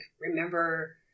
remember